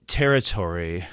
territory